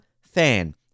fan